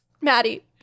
Maddie